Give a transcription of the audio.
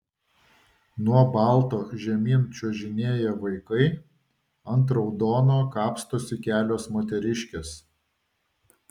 nuo balto žemyn čiuožinėja vaikai ant raudono kapstosi kelios moteriškės